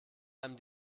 einem